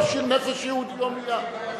תשיר "נפש יהודי הומייה".